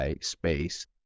space